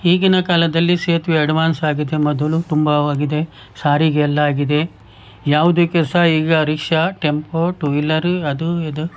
ಹೀಗಿನ ಕಾಲದಲ್ಲಿ ಸೇತುವೆ ಅಡ್ವಾನ್ಸ್ ಆಗಿದೆ ಮೊದಲು ತುಂಬವಾಗಿದೆ ಸಾರಿಗೆ ಎಲ್ಲ ಆಗಿದೆ ಯಾವುದಕ್ಕೆ ಸಹ ಈಗ ರಿಕ್ಷಾ ಟೆಂಪೋ ಟು ವೀಲರ್ ಅದೂ ಇದೂ